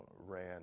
ran